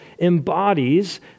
embodies